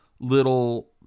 little